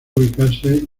ubicarse